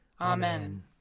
Amen